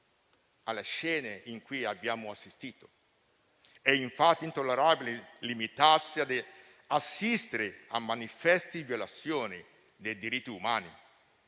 alle scene cui abbiamo assistito. È, infatti, intollerabile limitarsi ad assistere a manifeste violazioni dei diritti umani